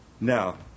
Now